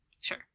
Sure